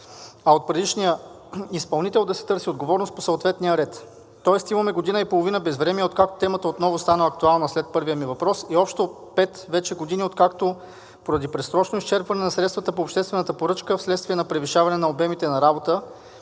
а от предишния изпълнител да се търси отговорност по съответния ред. Тоест имаме година и половина безвремие, откакто темата отново стана актуална след първия ми въпрос, и общо вече пет години, откакто поради предсрочно изчерпване на средствата по обществената поръчка вследствие на превишаване на обемите на работа